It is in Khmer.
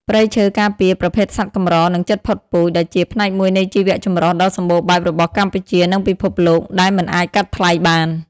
ព្រៃឈើការពារ ប្រភេទសត្វកម្រ និងជិតផុតពូជ ដែលជាផ្នែកមួយនៃជីវៈចម្រុះដ៏សម្បូរបែបរបស់កម្ពុជា និងពិភពលោក ដែលមិនអាចកាត់ថ្លៃបាន។